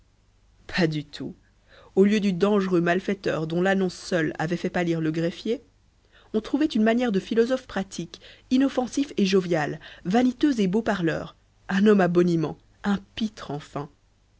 pas du tout au lieu du dangereux malfaiteur dont l'annonce seule avait fait pâlir le greffier on trouvait une manière de philosophe pratique inoffensif et jovial vaniteux et beau parleur un homme à boniments un pitre enfin